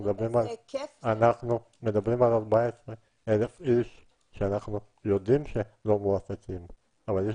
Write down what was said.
אנחנו מדברים על 14,000 שאנחנו יודעים שהם לא מועסקים אבל יש